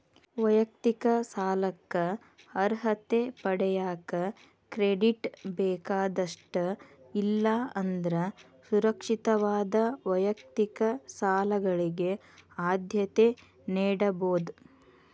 ವೈಯಕ್ತಿಕ ಸಾಲಕ್ಕ ಅರ್ಹತೆ ಪಡೆಯಕ ಕ್ರೆಡಿಟ್ ಬೇಕಾದಷ್ಟ ಇಲ್ಲಾ ಅಂದ್ರ ಸುರಕ್ಷಿತವಾದ ವೈಯಕ್ತಿಕ ಸಾಲಗಳಿಗೆ ಆದ್ಯತೆ ನೇಡಬೋದ್